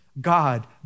God